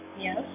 Yes